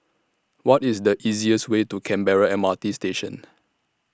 What IS The easiest Way to Canberra M R T Station